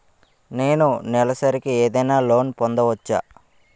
నేను నెలసరిగా ఏదైనా లోన్ పొందవచ్చా?